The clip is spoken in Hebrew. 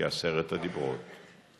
כעשרת הדיברות,